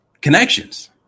connections